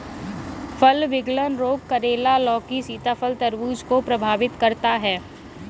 फल विगलन रोग करेला, लौकी, सीताफल, तरबूज को प्रभावित करता है